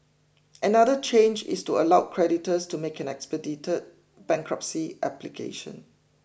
another change is to allow creditors to make an expedited bankruptcy application